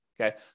Okay